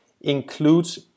includes